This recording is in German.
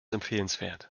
empfehlenswert